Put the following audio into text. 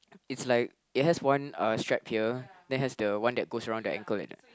is like it has one uh stripe here then has the one that goes around the ankle like that